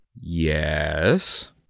Yes